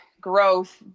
growth